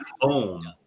home